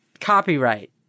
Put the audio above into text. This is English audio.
Copyright